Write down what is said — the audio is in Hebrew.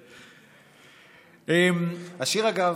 השיר, אגב,